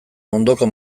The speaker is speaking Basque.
ondoko